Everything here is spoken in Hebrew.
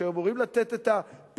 שהיו אמורים לתת את הפתרונות,